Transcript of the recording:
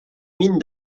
mine